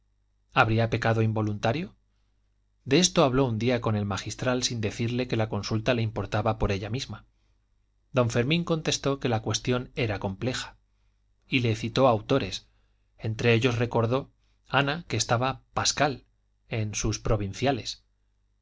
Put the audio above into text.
habría pecado involuntario de esto habló un día con el magistral sin decirle que la consulta le importaba por ella misma don fermín contestó que la cuestión era compleja y le citó autores entre ellos recordó ana que estaba pascal en sus provinciales